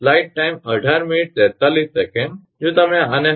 જો તમે આને હલ કરો 𝑊 196